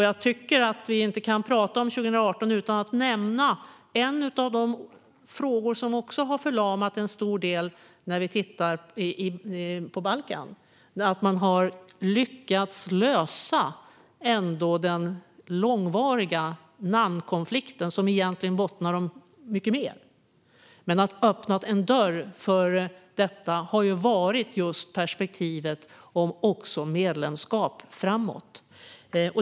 Jag tycker inte att vi kan prata om 2018 utan att nämna en av de frågor som varit förlamande på Balkan, men som man nu lyckats lösa, nämligen den långvariga namnkonflikten, som egentligen bottnar i mycket mer. Det som öppnat en dörr för detta har varit just perspektivet om ett framtida medlemskap.